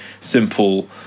simple